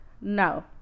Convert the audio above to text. no